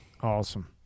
Awesome